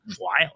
wild